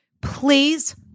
please